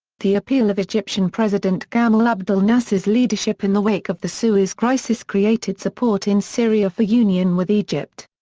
the appeal of egyptian president gamal abdal nasser's leadership in the wake of the suez crisis created support in syria for union with egypt.